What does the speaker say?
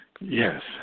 Yes